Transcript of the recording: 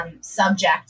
subject